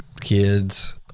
kids